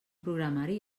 programari